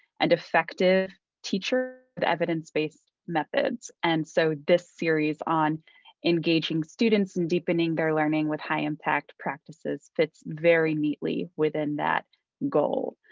and effective teacher evidence based methods. and so this series on engaging students and deepening their learning with high impact practices fits very neatly within that goal.